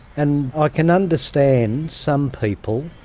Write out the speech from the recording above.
and i can understand some people,